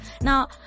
Now